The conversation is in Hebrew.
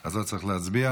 אז לא צריך להצביע.